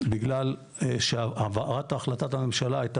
כן, בגלל שהעברת החלטת הממשלה הייתה